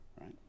Right